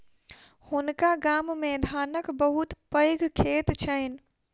हुनका गाम मे धानक बहुत पैघ खेत छैन